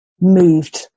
moved